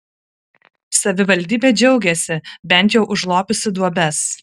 savivaldybė džiaugiasi bent jau užlopiusi duobes